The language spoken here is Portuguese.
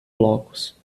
blocos